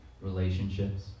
relationships